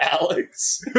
Alex